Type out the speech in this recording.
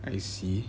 I see